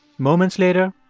moments later,